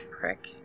prick